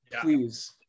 please